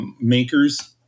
Makers